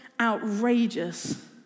outrageous